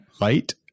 light